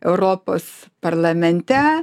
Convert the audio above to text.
europos parlamente